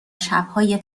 شبهای